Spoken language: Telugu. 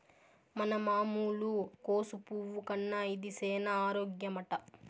మన మామూలు కోసు పువ్వు కన్నా ఇది సేన ఆరోగ్యమట